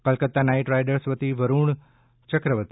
Kolkata knight riders વતી વરૂણ ચક્રવર્તી